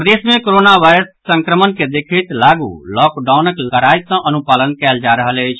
प्रदेश मे corona virus संक्रमण के देखैत लागू लॉकडाउनक कड़ाई सँ अनुपालन कयल जा रहल अछि